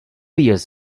years